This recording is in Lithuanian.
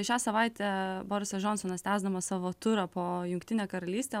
šią savaitę borisas džonsonas tęsdamas savo turą po jungtinę karalystę